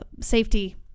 safety